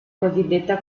cosiddetta